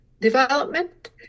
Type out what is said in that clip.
Development